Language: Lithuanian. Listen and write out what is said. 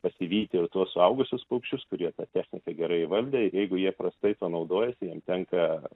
pasivyti ir tuos suaugusius paukščius kurie tą techniką gerai įvaldę jeigu jie prastai tuo naudojasi jiem tenka